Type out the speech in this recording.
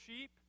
sheep